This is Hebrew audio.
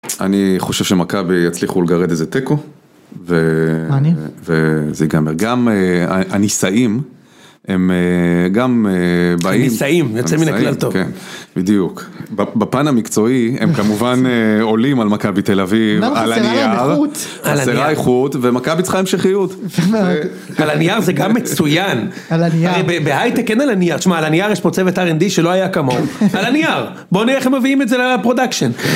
אני חושב שמכבי יצליחו לגרד איזה תיקו. וזה ייגמר, גם הניסאים, הם גם באים, הניסאים, יוצא מן הכלל טוב. בדיוק, בפן המקצועי, הם כמובן עולים על מכבי תל אביב, על הנייר, חסרה איכות, ומכבי צריכה המשכיות. על הנייר זה גם מצוין. הרי בהייטק אין על הנייר, תשמע על הנייר יש פה צוות R&D שלא היה כמוהו. על הנייר, בוא נראה איך הם מביאים את זה לפרודקשן.